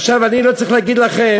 עכשיו, אני לא צריך להגיד לכם